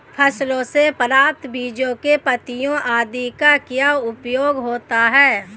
फसलों से प्राप्त बीजों पत्तियों आदि का क्या उपयोग होता है?